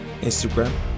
instagram